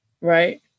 Right